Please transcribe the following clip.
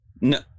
No